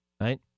right